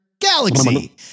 Galaxy